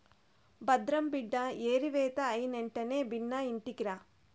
భద్రం బిడ్డా ఏరివేత అయినెంటనే బిన్నా ఇంటికిరా